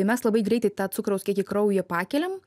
mes labai greitai tą cukraus kiekį kraujyje pakeliam